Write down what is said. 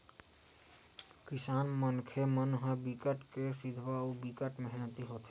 किसान मनखे मन ह बिकट के सिधवा अउ बिकट मेहनती होथे